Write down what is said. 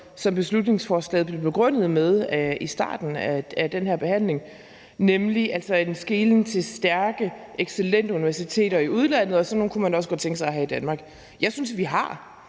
det, beslutningsforslaget blev begrundet med i starten af den her behandling, nemlig en skelen til stærke, excellente universiteter i udlandet, og at man også godt kunne tænke sig at have sådan nogle i Danmark. Jeg synes, at vi har